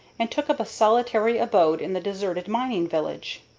and took up a solitary abode in the deserted mining village.